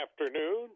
afternoon